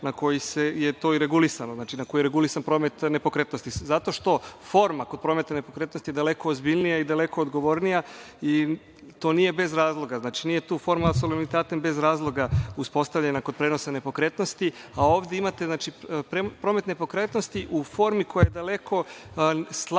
kako je to i regulisano. Znači, na koji je regulisan promet nepokretnosti, zato što forma kod prometa nepokretnosti je daleko ozbiljnija i daleko odgovornija i to nije bez razloga. Znači, nije tu forma „ad solemnitatem“ bez razloga uspostavljena kod prenosa nepokretnosti, a ovde imate promet nepokretnosti u formi koja je daleko slabija